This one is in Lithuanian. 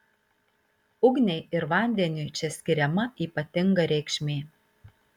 ugniai ir vandeniui čia skiriama ypatinga reikšmė